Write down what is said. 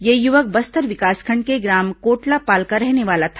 यह युवक बस्तर विकासखंड के ग्राम कोटलापाल का रहने वाला था